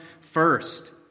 first